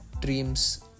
dreams